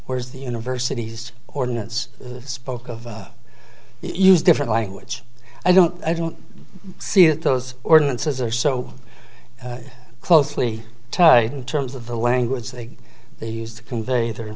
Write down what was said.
whereas the universities ordinance spoke of use different language i don't i don't see that those ordinances are so closely tied in terms of the language that they used to convey their